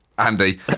Andy